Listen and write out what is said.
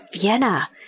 Vienna